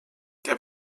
der